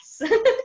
yes